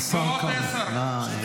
תספר לנו על הפגישה בקפריסין.